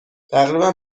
تقریبا